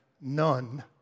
none